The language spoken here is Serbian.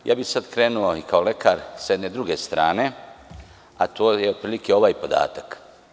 Ja bih sada krenuo kao lekar sa jedne druge strane, a to je otprilike sledeći podatak.